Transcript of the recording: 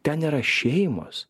ten yra šeimos